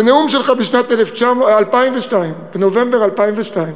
בנאום שלך בנובמבר 2002,